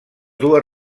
dues